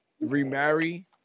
Remarry